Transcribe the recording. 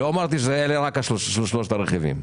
לא אמרתי שרק אלה שלושת הרכיבים.